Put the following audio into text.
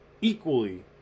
equally